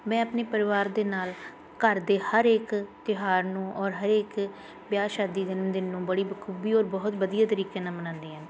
ਮੈਂ ਆਪਣੇ ਪਰਿਵਾਰ ਦੇ ਨਾਲ ਘਰ ਦੇ ਹਰ ਇੱਕ ਤਿਉਹਾਰ ਨੂੰ ਔਰ ਹਰੇਕ ਵਿਆਹ ਸ਼ਾਦੀ ਜਨਮਦਿਨ ਨੂੰ ਬੜੀ ਬਖੂਬੀ ਔਰ ਬਹੁਤ ਵਧੀਆ ਤਰੀਕੇ ਨਾਲ ਮਨਾਉਂਦੀ ਹਾਂ